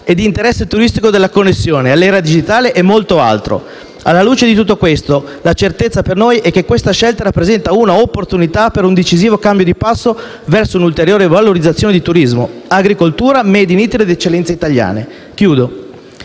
e lo so bene), della connessione (è l'era digitale) e di molto altro. Alla luce di tutto questo, la certezza per noi è che questa scelta rappresenta un'opportunità per un decisivo cambio di passo verso un'ulteriore valorizzazione di turismo, agricoltura, *made in Italy* ed eccellenze italiane. Questo